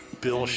Bill